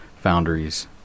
foundries